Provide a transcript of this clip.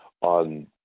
on